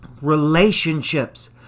relationships